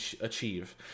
achieve